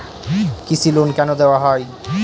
কৃষি লোন কেন দেওয়া হয়?